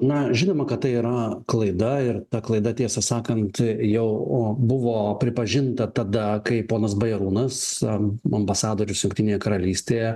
na žinoma kad tai yra klaida ir ta klaida tiesą sakant jau buvo pripažinta tada kai ponas bajarūnas ambasadorius jungtinėje karalystėje